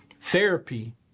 therapy